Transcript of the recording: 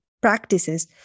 practices